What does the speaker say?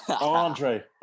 Andre